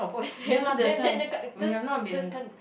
ya lah that's why we have not been